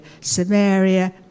Samaria